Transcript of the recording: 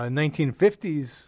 1950s